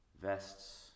Vests